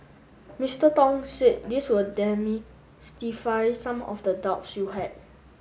Mister Tong said this will demystify some of the doubts you had